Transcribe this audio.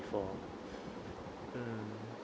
before mm